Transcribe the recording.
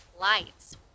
lights